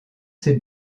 ses